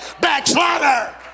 Backslider